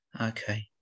okay